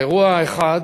האירוע האחד,